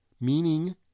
meaning